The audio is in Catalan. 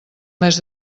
mes